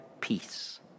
peace